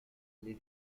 les